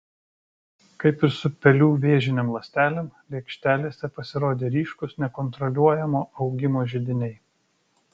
kaip ir su pelių vėžinėm ląstelėm lėkštelėse pasirodė ryškūs nekontroliuojamo augimo židiniai